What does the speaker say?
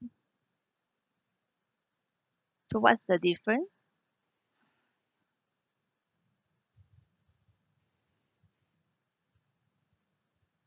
so what's the difference